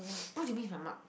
what if I mark